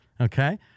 Okay